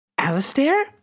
Alistair